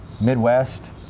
midwest